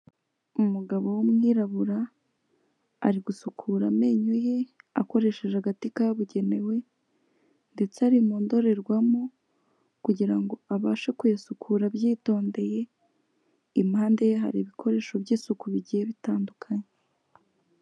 Umugabo w'umwirabura, ari gusukura amenyo ye akoresheje agati kabugenewe ndetse ari mu ndorerwamo kugira ngo abashe kuyasukura abyitondeye, impande ye hari ibikoresho by'isuku bigiye bitandukanye.